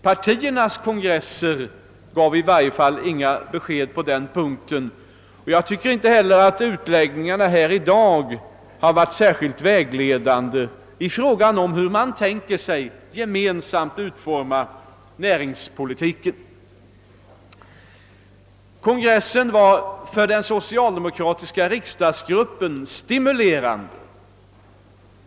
Partiernas kongresser gav i varje fall inga besked på den punkten, och jag tycker inte heller att utläggningarna här i dag har varit särskilt vägledande i frågan om hur de borgerliga partierna tänker sig att gemensamt utforma näringspolitiken. Årets kongress var för den socialdemokratiska riksdagsgruppen stimulerande.